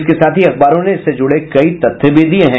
इसके साथ ही अखबारों ने इससे जुड़े कई तथ्य भी दिये हैं